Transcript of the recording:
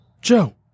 Joe